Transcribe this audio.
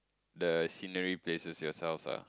the scenery places yourselves ah